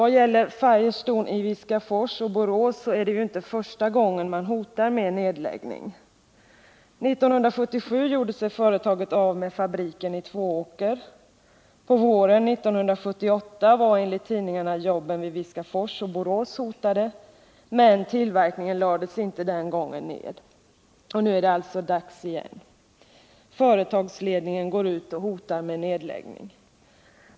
Vad gäller Firestone i Viskafors och Borås är det ju inte första gången man hotar med nedläggning. 1977 gjorde sig företaget av med fabriken i Tvååker. På våren 1978 var enligt tidningarna jobben i Viskafors och Borås hotade, men tillverkningen lades den gången inte ned. Nu är det alltså dags igen. Företagsledningen går ut och hotar med nedläggning.